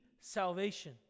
salvation